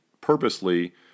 purposely